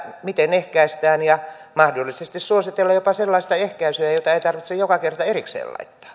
miten ehkäistään ja mahdollisesti suositella jopa sellaista ehkäisyä jota ei tarvitse joka kerta erikseen